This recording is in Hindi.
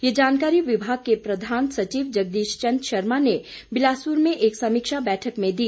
ये जानकारी विभाग के प्रधान सचिव जगदीश चंद शर्मा ने बिलासपुर में एक समीक्षा बैठक में दी